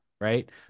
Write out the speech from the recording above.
right